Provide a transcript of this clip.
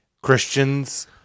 Christians